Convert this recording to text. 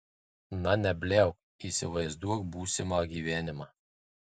na nebliauk įsivaizduok būsimą gyvenimą